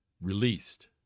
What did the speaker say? released